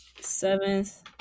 seventh